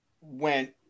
went